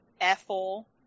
Ethel